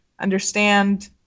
Understand